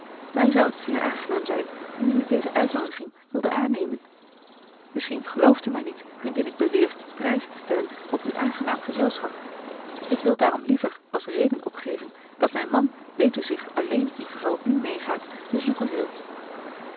mij zou het zeer aangenaam zijn indien u deze uitnoodiging wilde aannemen misschien gelooft u mij niet indien ik beweer prijstestellen op uw aangenaam gezelschap ik wil daarom liever als reden opgeven dat mijn man betuwzicht alleen in geval u meegaat bezoeken wil